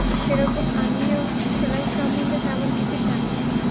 সেরকম আমিও সেলাই সম্বন্ধে তেমন কিছু জানতাম না